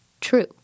true